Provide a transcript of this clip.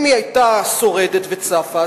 אם היא היתה שורדת וצפה,